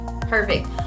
Perfect